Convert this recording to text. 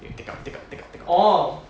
you take out take out take out take out take out